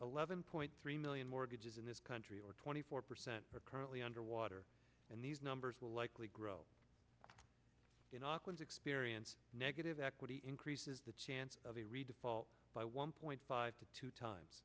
eleven point three million mortgages in this country or twenty four percent are currently underwater and these numbers will likely grow in auckland experience negative equity increases the chance of a redefault by one point five to two times